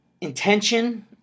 intention